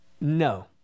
no